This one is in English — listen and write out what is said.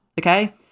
Okay